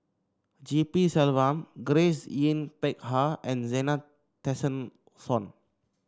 G P Selvam Grace Yin Peck Ha and Zena Tessensohn